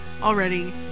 already